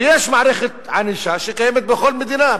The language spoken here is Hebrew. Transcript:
ויש מערכת ענישה שקיימת בכל מדינה.